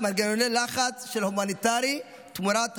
מנגנוני לחץ של הומניטרי תמורת הומניטרי.